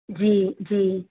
ਜੀ ਜੀ